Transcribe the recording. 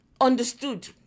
understood